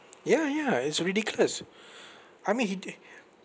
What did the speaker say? ya ya it's ridiculous I mean he they